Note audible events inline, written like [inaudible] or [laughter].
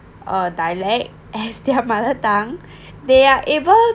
uh dialect as their mother tongue [laughs] they are able